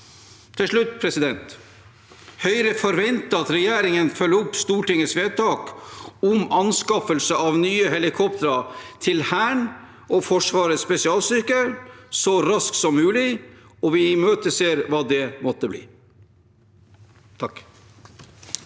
Til slutt: Høyre forventer at regjeringen følger opp Stortingets vedtak om anskaffelse av nye helikoptre til Hæren og Forsvarets spesialstyrker så raskt som mulig, og vi imøteser hva det måtte bli.